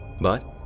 But